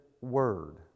word